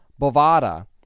Bovada